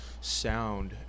sound